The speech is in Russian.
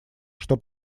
что